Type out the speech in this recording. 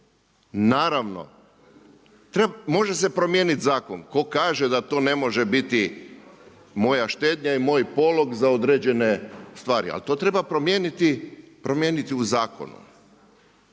Naravno, može se promijeniti zakon, tko kaže da to ne može biti moja štednja i moj polog za određene stvari? Ali to treba promijeniti u zakonu.